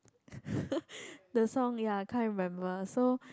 the song ya can't remember